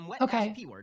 Okay